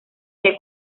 que